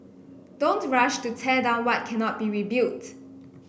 don't rush to tear down what cannot be rebuilt